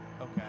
Okay